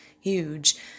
huge